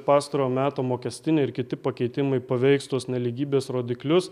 pastarojo meto mokestiniai ir kiti pakeitimai paveiks tuos nelygybės rodiklius